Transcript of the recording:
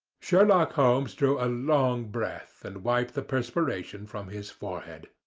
sherlock holmes drew a long breath, and wiped the perspiration from his forehead.